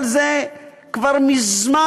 אבל זה כבר מזמן,